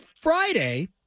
Friday